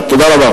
תודה רבה.